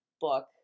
book